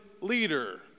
leader